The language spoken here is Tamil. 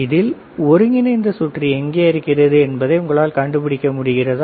இதில் ஒருங்கிணைந்த சுற்று எங்கே இருக்கிறது என்பதை உங்களால் கண்டுபிடிக்க முடிகிறதா